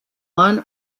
one